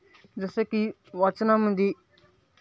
जसं की वाचनामध्ये